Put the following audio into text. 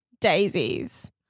daisies